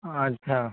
আচ্ছা